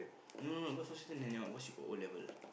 no no no cause she's she got O-level